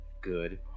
good